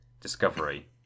discovery